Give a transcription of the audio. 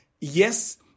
yes